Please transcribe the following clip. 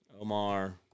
Omar